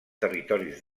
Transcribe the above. territoris